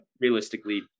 realistically